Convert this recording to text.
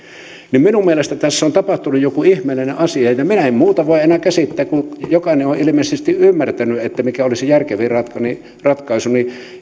kiinni minun mielestäni tässä on tapahtunut joku ihmeellinen asia minä en muuta voi enää käsittää kun jokainen on ilmeisesti ymmärtänyt mikä olisi järkevin ratkaisu